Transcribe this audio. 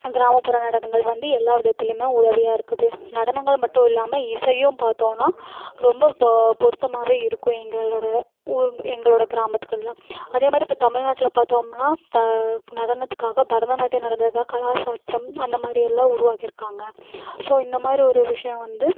கிராமப்புற நடனங்கள் வந்து எல்லா விதத்திலேயுமே உதவியாக இருக்குது நடனங்கள் மட்டும் இல்லாமல் இசையும் பார்த்தோம்ன்னா ரொம்ப பொ பொருத்தமாகவே இருக்கும் எங்களோட ஊர் எங்களோட கிராமத்துகளெலாம் அதே மாதிரி இப்போ தமிழ்நாட்டில் பார்த்தோம்னா தா நடனத்துக்காக பரதநாட்டியம் நடந்துருக்காக கலாஷேத்ரம் அந்த மாதிரியெல்லாம் உருவாக்கியிருக்காங்க ஸோ இந்த மாதிரி ஒரு விஷயம் வந்து